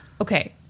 Okay